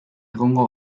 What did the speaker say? egongo